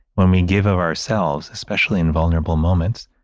when we give of ourselves, especially in vulnerable moments,